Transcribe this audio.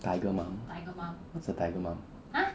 tiger mum what's a tiger mum